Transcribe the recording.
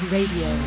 Radio